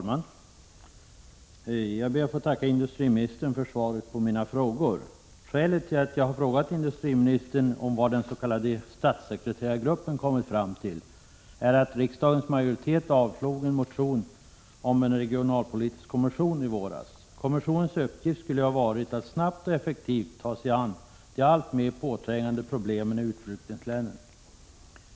Herr talman! Jag tackar industriministern för svaret på mina frågor. Skälet till att jag frågat industriministern om vad den s.k. statssekreterargruppen kommit fram till är att riksdagens majoritet i våras avslog en motion om en regionalpolitisk kommission. Kommissionens uppgift skulle ha varit att snabbt och effektivt ta sig an de alltmer påträngande problemen i utflyttningslänen.